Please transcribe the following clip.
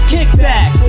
Kickback